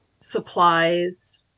supplies